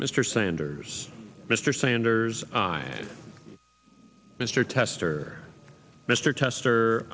mr sanders mr sanders mr tester mr tester